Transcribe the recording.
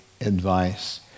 advice